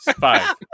five